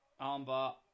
Armbar